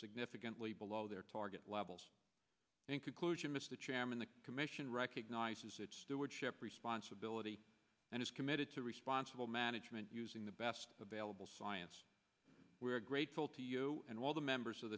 significantly below their target levels in conclusion mr chairman the commission recognizes its stewardship responsibility and is committed to responsible management using the best available science we are grateful to you and all the members of